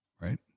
right